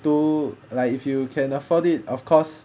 two like if you can afford it of course